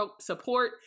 support